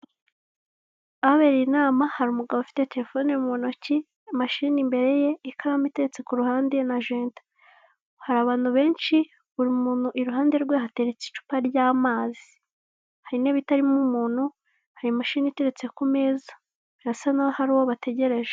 Ahabereye inama hari umugabo ufite telefone mu ntoki, mashini imbere ye, ikaramu iteretse ku ruhande na jenda. Hari abantu benshi, buri muntu iruhande rwe hateretse icupa ry'amazi, hari intebe itarimo umuntu, hari imashini iteretse ku meza, birasa n'aho hari uwo bategereje.